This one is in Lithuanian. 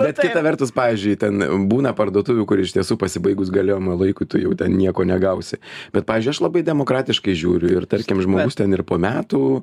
bet kita vertus pavyzdžiui ten būna parduotuvių kur iš tiesų pasibaigus galiojimo laikui tu jau ten nieko negausi bet pavyzdžiui aš labai demokratiškai žiūriu ir tarkim žmogus ten ir po metų